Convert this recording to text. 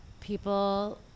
people